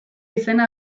izena